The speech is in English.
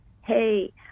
hey